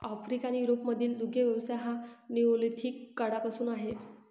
Africa आणि युरोपमधील दुग्ध व्यवसाय हा निओलिथिक काळापासूनचा आहे